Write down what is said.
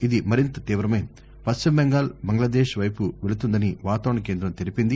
ఇది మరింత తీవమై పశ్చిమబెంగాల్ బంగ్లాదేశ్ వైపు వెళుతుందని వాతావరణ కేంద్రం తెలిపింది